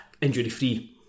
injury-free